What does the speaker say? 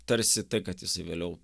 tarsi tai kad jisai vėliau